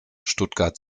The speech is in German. stuttgart